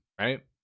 right